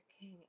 King